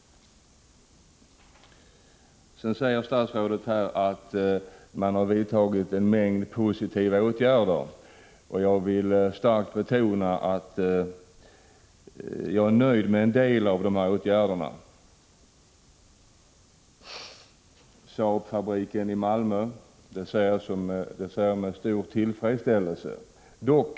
Statsrådet säger att man har vidtagit en mängd positiva åtgärder. Jag vill starkt betona att jag är nöjd med en del av dessa åtgärder. Saabfabriken i Malmö hälsar jag t.ex. med tillfredsställelse.